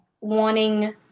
wanting